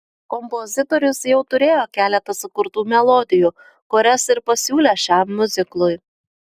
kompozitorius jau turėjo keletą sukurtų melodijų kurias ir pasiūlė šiam miuziklui